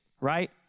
right